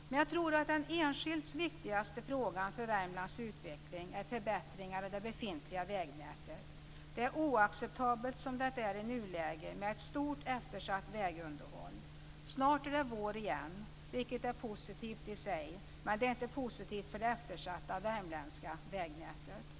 Men jag tror att den enskilt viktigaste frågan för Värmlands utveckling är förbättringar av det befintliga vägnätet. Det är oacceptabelt som det är i nuläget, med ett stort eftersatt vägunderhåll. Snart är det vår igen, vilket är positivt i sig, men det är inte positivt för det eftersatta värmländska vägnätet!